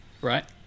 right